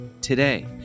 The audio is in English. today